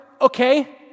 Okay